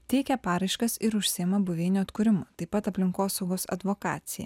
teikia paraiškas ir užsiima buveinių atkūrimu taip pat aplinkosaugos advokacija